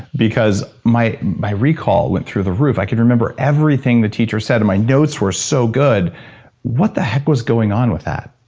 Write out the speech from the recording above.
because my my recall went through the roof. i could remember everything the teacher said, and my notes were so good what the heck was going on with that?